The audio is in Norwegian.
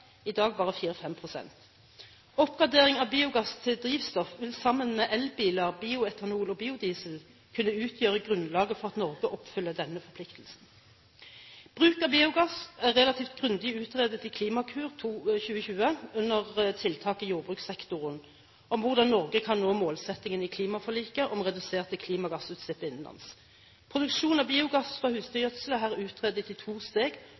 i dag bare 4–5 pst. Oppgradering av biogass til drivstoff vil sammen med elbiler, bioetanol og biodiesel kunne utgjøre grunnlaget for at Norge oppfyller denne forpliktelsen. Bruk av biogass er relativt grundig utredet i Klimakur 2020 under tiltak i jordbrukssektoren, om hvordan Norge kan nå målsettingen i klimaforliket om reduserte klimagassutslipp innenlands. Produksjon av biogass fra husdyrgjødsel er her utredet i to steg: